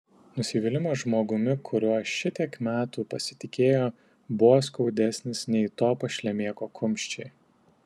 nusivylimas žmogumi kuriuo šitiek metų pasitikėjo buvo skaudesnis nei to pašlemėko kumščiai